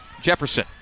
Jefferson